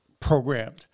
Programmed